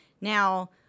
Now